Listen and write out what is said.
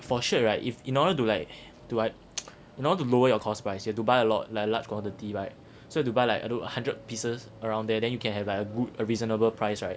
for sure right if in order to like to like in order to lower your cost price you have to buy a lot like large quantity right so you have to buy like I don't know hundred pieces around there then you can have a good a reasonable price right